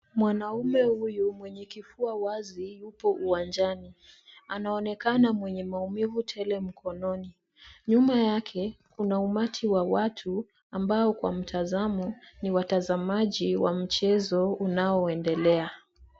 Mwanaume huyu mwenye kifua wazi yupo uwanjani. Anaonekana mwenye maumivu tele mkononi. Nyuma yake kuna umati wa watu ambao kwa mtazamo ni watazamaji wa mchezo unaoendelea.